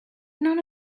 none